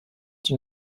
die